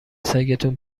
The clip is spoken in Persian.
سگتون